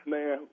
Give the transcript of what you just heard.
Man